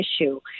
issue